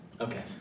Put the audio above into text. Okay